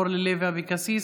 אורלי לוי אבקסיס,